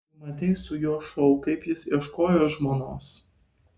tu matei su juo šou kaip jis ieškojo žmonos